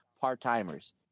part-timers